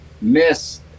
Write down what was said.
miss